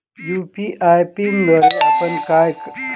UPI पिनद्वारे आपण काय काय करु शकतो?